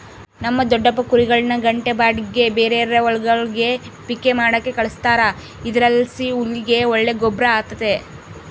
ನಮ್ ದೊಡಪ್ಪ ಕುರಿಗುಳ್ನ ಗಂಟೆ ಬಾಡಿಗ್ಗೆ ಬೇರೇರ್ ಹೊಲಗುಳ್ಗೆ ಪಿಕ್ಕೆ ಮಾಡಾಕ ಕಳಿಸ್ತಾರ ಇದರ್ಲಾಸಿ ಹುಲ್ಲಿಗೆ ಒಳ್ಳೆ ಗೊಬ್ರ ಆತತೆ